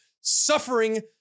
suffering